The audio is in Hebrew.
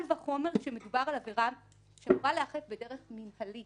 וחומר כשמדובר על עבירה שיכולה להיאכף כעבירה מינהלית